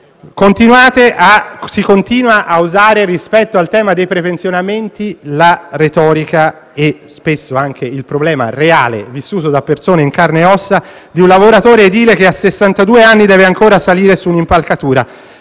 Si continua a usare, rispetto al tema dei prepensionamenti, la retorica e spesso anche l'esempio di un problema reale, vissuto da persone in carne e ossa, di un lavoratore edile che a sessantadue anni deve ancora salire su un'impalcatura.